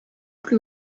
plus